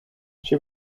she